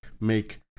make